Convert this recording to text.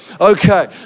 Okay